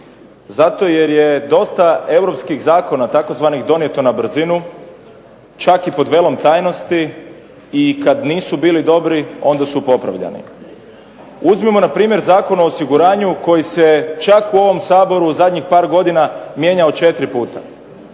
Zato jer je dosta europskih zakona tzv. donijeto na brzinu, čak i pod velom tajnosti i kad nisu bili dobri onda su popravljani. Uzmimo npr. Zakon o osiguranju koji se čak u ovom Saboru zadnjih par godina mijenjao četiri puta.